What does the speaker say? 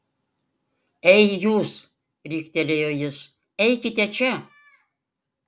ei jūs riktelėjo jis eikite čia